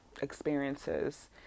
experiences